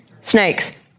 snakes